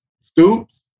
Stoops